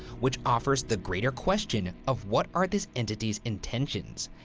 which offers the greater question of what are this entity's intentions?